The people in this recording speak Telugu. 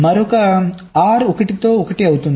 మరొక OR 1 తో 1 అవుతోంది